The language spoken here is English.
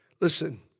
Listen